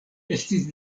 estis